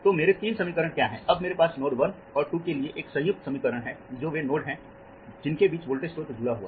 तो मेरे तीन समीकरण क्या हैं अब मेरे पास नोड्स 1 और 2 के लिए एक संयुक्त समीकरण है जो वे नोड हैं जिनके बीच वोल्टेज स्रोत जुड़ा हुआ है